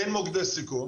אין מוקדי סיכון,